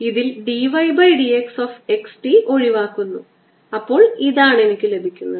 ഇതിൽ d y by d x x t ഒഴിവാക്കുന്നു അപ്പോൾ ഇതാണ് എനിക്ക് ലഭിക്കുന്നത്